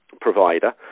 provider